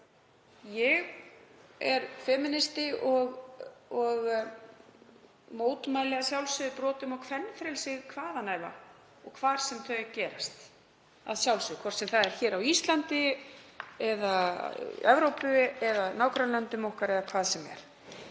Ég er femínisti og mótmæli að sjálfsögðu brotum á kvenfrelsi hvar sem þau gerast að sjálfsögðu, hvort sem það er hér á Íslandi eða í Evrópu eða í nágrannalöndum okkar eða hvar sem er.